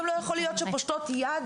גם לא יכול להיות שרשויות פושטות יד